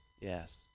Yes